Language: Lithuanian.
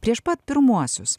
prieš pat pirmuosius